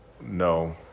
no